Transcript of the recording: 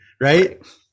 right